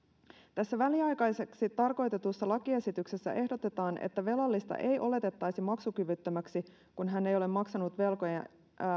tässä väliaikaiseksi tarkoitetussa lakiesityksessä ehdotetaan että velallista ei oletettaisi maksukyvyttömäksi kun hän ei ole maksanut velkojan